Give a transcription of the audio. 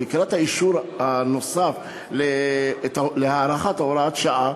לקראת האישור הנוסף להארכת הוראת שעה,